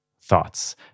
thoughts